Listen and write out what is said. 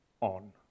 on